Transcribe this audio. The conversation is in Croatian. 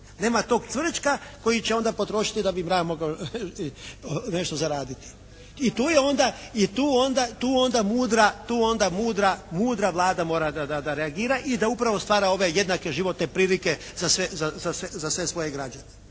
nema tog cvrčka koji će onda potrošiti da bi mrav mogao nešto zaraditi i tu je onda, i tu onda, tu onda mudra vlada mora da reagira i da upravo stvara ove jednake životne prilike za sve svoje građane